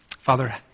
Father